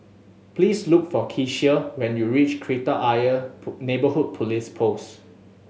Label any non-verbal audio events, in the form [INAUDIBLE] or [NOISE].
please look for Kecia when you reach Kreta Ayer [UNINTELLIGIBLE] Neighbourhood Police Post